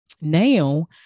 Now